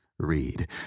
read